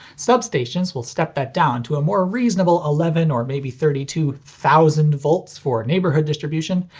substations will step that down to a more reasonable eleven or maybe thirty two thousand volts for neighborhood distribution,